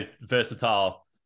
versatile